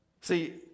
See